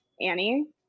Annie